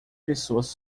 pessoas